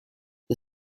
the